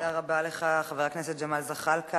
תודה רבה לך, חבר הכנסת ג'מאל זחאלקה.